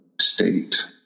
state